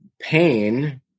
pain